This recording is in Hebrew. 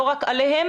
לא רק עליהם,